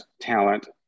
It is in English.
talent